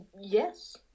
yes